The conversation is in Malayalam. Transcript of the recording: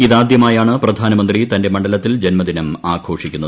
ഇതാദ്യമായാണ് പ്രധാനമന്ത്രി തന്റെ മണ്ഡലത്തിൽ ജന്മദിനം ആഘോഷിക്കുന്നത്